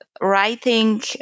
writing